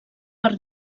per